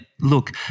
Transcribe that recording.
look